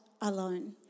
alone